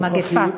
מגפה.